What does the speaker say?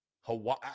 Hawaii